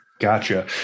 Gotcha